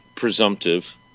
presumptive